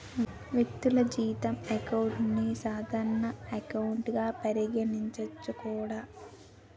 వ్యక్తులు జీతం అకౌంట్ ని సాధారణ ఎకౌంట్ గా పరిగణించవచ్చు కూడా